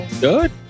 good